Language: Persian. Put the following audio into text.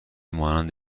مانند